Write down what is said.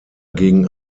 gegen